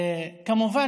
כמובן,